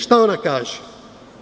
Šta ona kaže?